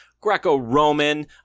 Greco-Roman